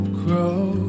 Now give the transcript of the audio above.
grow